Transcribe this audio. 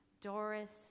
Doris